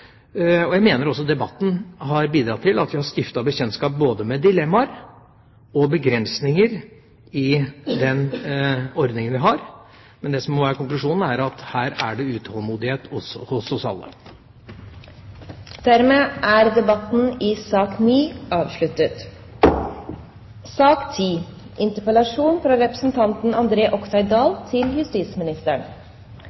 gjøre. Jeg mener også at debatten har bidratt til at vi har stiftet bekjentskap med både dilemmaer og begrensninger i den ordningen vi har. Men det som må være konklusjonen, er at her er det utålmodighet hos oss alle. Dermed er debatten i sak nr. 9 avsluttet.